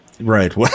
Right